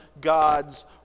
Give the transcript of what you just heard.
God's